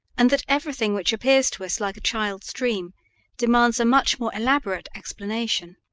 and that everything which appears to us like a child's dream demands a much more elaborate explanation.